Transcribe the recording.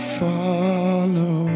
follow